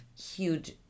huge